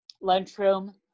lunchroom